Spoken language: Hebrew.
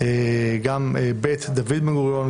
גם בית דוד בן-גוריון,